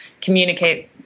communicate